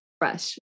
fresh